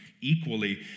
equally